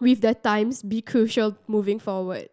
with the times be crucial moving forward